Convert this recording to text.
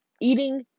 eating